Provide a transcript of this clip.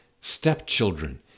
stepchildren